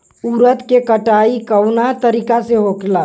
उरद के कटाई कवना तरीका से होला?